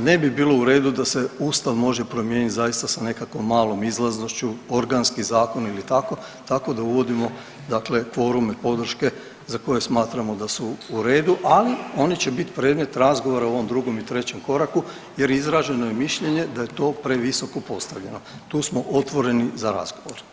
ne bi bilo u redu da se ustav može promijenit zaista sa nekakvom malom izlaznošću, organski zakon ili tako, tako da uvodimo dakle kvorume podrške za koje smatramo da su u redu, ali oni će bit predmet razgovora u ovom drugom i trećem koraku jer izraženo je mišljenje da je to previsoko postavljeno, tu smo otvoreni za razgovor.